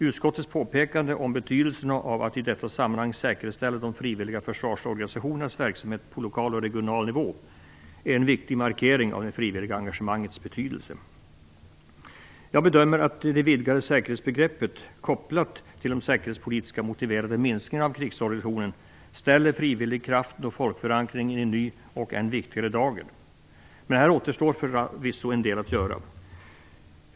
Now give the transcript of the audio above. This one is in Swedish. Utskottets påpekande om betydelsen av att i detta sammanhang säkerställa de frivilliga försvarsorganisationernas verksamhet på lokal och regional nivå är en viktig markering av det frivilliga engagemangets betydelse. Jag bedömer att det vidgade säkerhetsbegreppet kopplat till de säkerhetspolitiskt motiverade minskningarna av krigsorganisationen ställer frivillig kraft och folkförankring i en ny och än viktigare dager. Här återstår förvisso en del att göra.